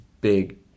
big